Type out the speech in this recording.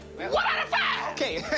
one out of five! okay.